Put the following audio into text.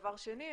דבר שני,